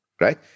right